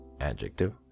Adjective